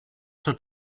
zur